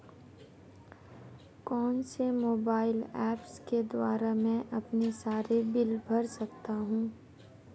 कौनसे mobile apps के द्वारा मैं अपने सारे बिल भर सकता हूं?